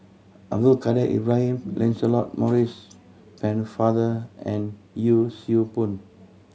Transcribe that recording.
Abdul Kadir Ibrahim Lancelot Maurice Pennefather and Yee Siew Pun